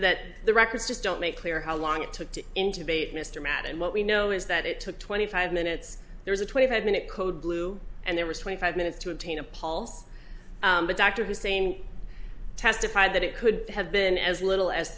that the records just don't make clear how long it took to intimate mr madden what we know is that it took twenty five minutes there's a twenty five minute code blue and there was twenty five minutes to obtain appalls the doctor who same testified that it could have been as little as